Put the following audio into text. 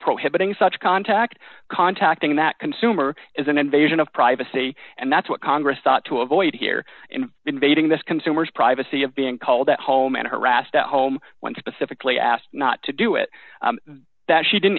prohibiting such contact contacting that consumer is an invasion of privacy and that's what congress ought to avoid here in invading this consumer's privacy of being called at home and harassed at home when specifically asked not to do it that she didn't